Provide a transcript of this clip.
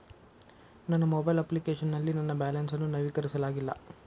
ನನ್ನ mobile application ನಲ್ಲಿ ನನ್ನ ಬ್ಯಾಲೆನ್ಸ್ ಅನ್ನು ನವೀಕರಿಸಲಾಗಿಲ್ಲ